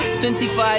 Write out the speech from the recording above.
25